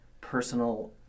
personal